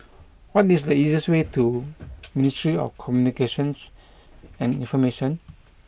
what is the easiest way to Ministry of Communications and Information